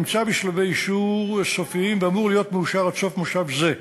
נמצא בשלבי אישור סופיים והן אמורות להיות מאושרות עד סוף מושב זה,